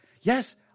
Yes